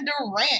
Durant